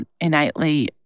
innately